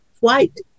White